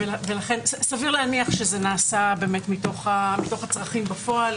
סביר להניח שזה נעשה באמת מתוך הצרכים בפועל,